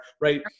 right